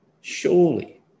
Surely